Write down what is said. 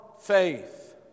faith